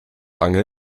angel